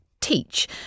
teach